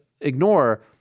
ignore –